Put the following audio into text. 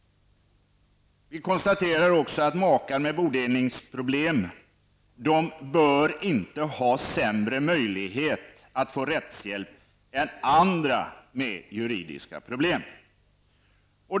Vi konstaterar också att makar med bodelningsproblem inte bör ha sämre möjlighet att få rättshjälp än andra personer med juridiska problem.